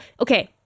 okay